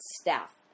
staff